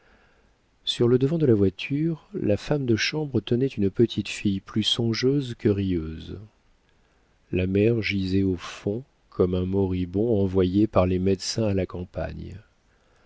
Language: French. sur le devant de la voiture la femme de chambre tenait une petite fille plus songeuse que rieuse la mère gisait au fond comme un moribond envoyé par les médecins à la campagne